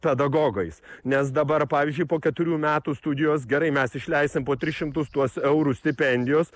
pedagogais nes dabar pavyzdžiui po keturių metų studijos gerai mes išleisim po tris šimtus tuos eurų stipendijos